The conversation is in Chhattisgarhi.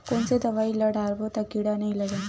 कोन से दवाई ल डारबो त कीड़ा नहीं लगय?